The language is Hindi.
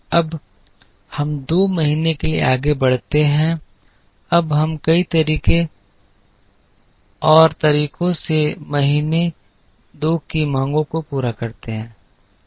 अब हम दो महीने के लिए आगे बढ़ते हैं अब हम कई तरीकों से महीने दो की मांगों को पूरा कर सकते हैं